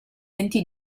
venti